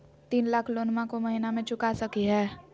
तीन लाख लोनमा को महीना मे चुका सकी हय?